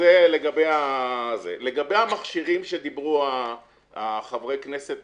לגבי המכשירים שדיברו חברי הכנסת